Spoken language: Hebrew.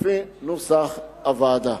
לפי נוסח הוועדה.